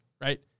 Right